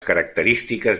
característiques